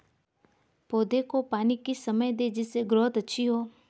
पौधे को पानी किस समय दें जिससे ग्रोथ अच्छी हो?